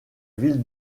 ville